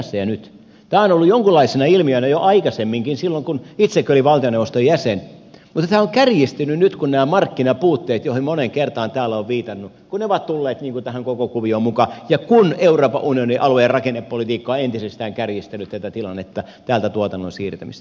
tämä on ollut jonkinlaisena ilmiönä jo aikaisemminkin silloin kun itsekin olin valtioneuvoston jäsen mutta tämä on kärjistynyt nyt kun nämä markkinapuutteet joihin moneen kertaan täällä olen viitannut kun ne ovat tulleet tähän koko kuvioon mukaan ja kun euroopan unionin alue en rakennepolitiikka on entisestään kärjistänyt tätä tilannetta täältä tuotannon siirtämistä